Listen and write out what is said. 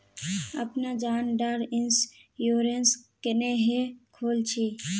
अपना जान डार इंश्योरेंस क्नेहे खोल छी?